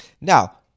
Now